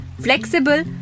flexible